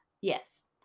Yes